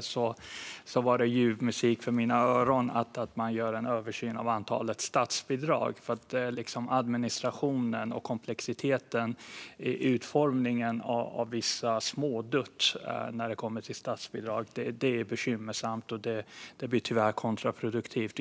centerpartist, var det ljuv musik för mina öron att man gör en översyn av antalet statsbidrag. Administrationen och komplexiteten i utformningen av vissa sorters smådutt när det gäller statsbidrag är bekymmersamma saker, och detta blir tyvärr kontraproduktivt.